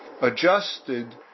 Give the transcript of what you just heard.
adjusted